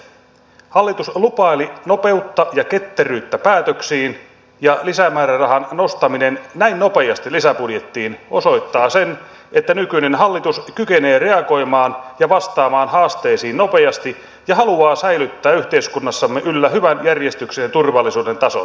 hallitus lupaili nopeutta ja ketteryyttä päätöksiin ja lisämäärärahan nostaminen näin nopeasti lisäbudjettiin osoittaa sen että nykyinen hallitus kykenee reagoimaan ja vastaamaan haasteisiin nopeasti ja haluaa säilyttää yhteiskunnassamme yllä hyvän järjestyksen ja turvallisuuden tason